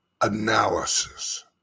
analysis